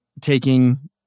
taking